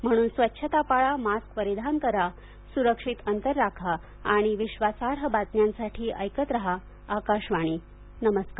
म्हणूनच स्वच्छता पाळा मास्क परिधान करा सुरक्षित अंतर राखा आणि विश्वासार्ह बातम्यासाठी ऐकत राहा आकाशवाणी नमस्कार